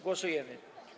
Głosujemy.